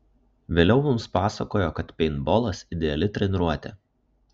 vėliau mums pasakojo kad peintbolas ideali treniruotė